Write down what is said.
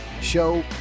show